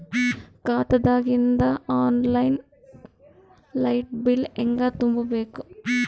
ಖಾತಾದಾಗಿಂದ online light bill ಹೇಂಗ ತುಂಬಾ ಬೇಕು?